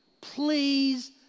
Please